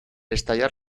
estallar